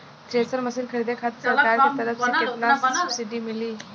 Thresher machine खरीदे खातिर सरकार के तरफ से केतना सब्सीडी मिली?